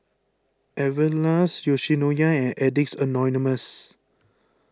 Everlast Yoshinoya and Addicts Anonymous